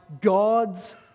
God's